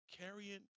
carrying